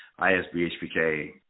ISBHPK